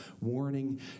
warning